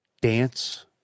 dance